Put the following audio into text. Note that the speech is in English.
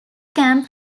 camp